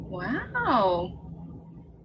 Wow